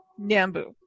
Nambu